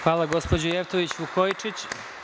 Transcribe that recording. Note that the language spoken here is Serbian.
Hvala gospođo Jevtović Vukojičić.